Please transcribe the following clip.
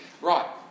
right